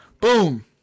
Boom